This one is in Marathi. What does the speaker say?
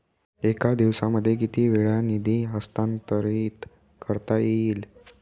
एका दिवसामध्ये किती वेळा निधी हस्तांतरीत करता येईल?